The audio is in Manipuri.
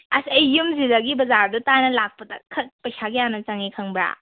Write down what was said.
ꯑꯁ ꯑꯩ ꯌꯨꯝꯁꯤꯗꯒꯤ ꯕꯖꯥꯔꯗꯣ ꯇꯥꯟꯅ ꯂꯥꯛꯄꯗ ꯈꯛ ꯄꯩꯁꯥ ꯀꯌꯥ ꯅꯪ ꯆꯪꯉꯤ ꯈꯪꯕ꯭ꯔꯥ